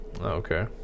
Okay